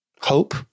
hope